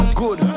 good